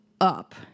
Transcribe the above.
up